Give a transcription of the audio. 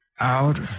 out